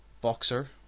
boxer